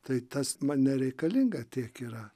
tai tas man nereikalinga tiek yra